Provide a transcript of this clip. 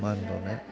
मा होनबावनो